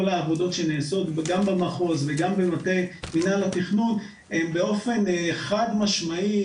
העבודות שנעשות גם במחוז וגם במטה מינהל התכנון - הם באופן חד משמעי,